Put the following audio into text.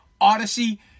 Odyssey